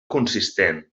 consistent